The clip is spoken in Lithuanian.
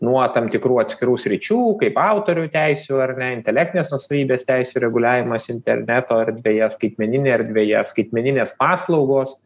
nuo tam tikrų atskirų sričių kaip autorių teisių ar ne intelektinės nuosavybės teisių reguliavimas interneto erdvėje skaitmeninėj erdvėj skaitmeninės paslaugos